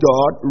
God